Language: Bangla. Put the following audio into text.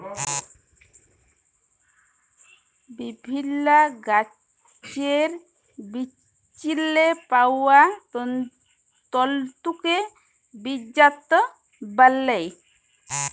বিভিল্ল্য গাহাচের বিচেল্লে পাউয়া তল্তুকে বীজজাত ব্যলে